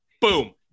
Boom